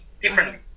differently